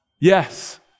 yes